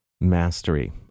mastery